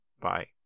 Bye